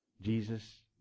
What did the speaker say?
Jesus